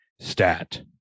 stat